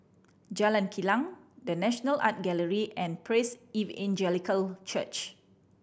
Jalan Kilang The National Art Gallery and Praise Evangelical Church